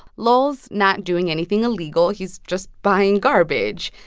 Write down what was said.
lowell's not doing anything illegal he's just buying garbage.